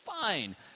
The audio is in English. fine